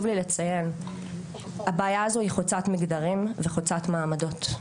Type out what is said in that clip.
לי לציין הבעיה הזו היא חוצת מגדרים וחוצת מעמדות,